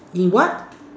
in what